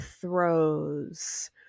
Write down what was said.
throws